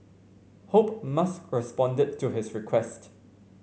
hope Musk responded to his request